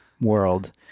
world